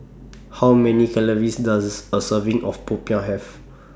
How Many Calories Does A Serving of Popiah Have